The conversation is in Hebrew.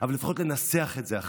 אבל לפחות לנסח את זה אחרת.